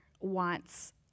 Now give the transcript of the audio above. wants